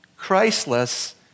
Christless